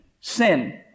sin